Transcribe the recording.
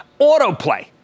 Autoplay